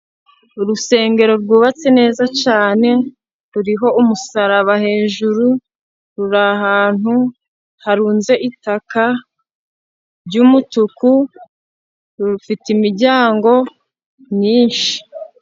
Urusengero rwubatse neza cyane ruriho umusaraba hejuru ruri ahantu harunze itaka ry'umutuku. Rufite imiryango myinshi.